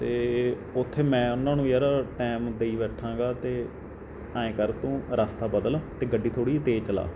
ਅਤੇ ਓਥੇ ਮੈਂ ਉਨ੍ਹਾਂ ਨੂੰ ਯਾਰ ਟੈਮ ਦੇਈ ਬੈਠਾਂਗਾ ਅਤੇ ਆਏਂ ਕਰ ਤੂੰ ਰਸਤਾ ਬਦਲ ਅਤੇ ਗੱਡੀ ਥੋੜ੍ਹੀ ਜਿਹੀ ਤੇਜ਼ ਚਲਾ